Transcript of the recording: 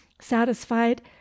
satisfied